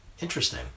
Interesting